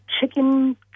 chicken